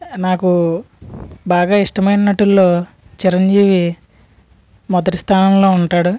నాకు బాగా ఇష్టమైన నటుల్లో చిరంజీవి మొదటి స్థానంలో ఉంటాడు